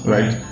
Right